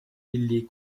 les